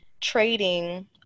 trading